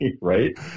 Right